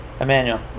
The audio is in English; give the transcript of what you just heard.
Emmanuel